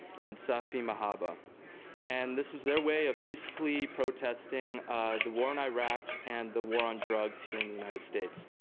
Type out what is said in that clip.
and safi mahaba and this was their way of peacefully protesting the war in and iraq and the war on drugs here in the united states.